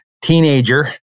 teenager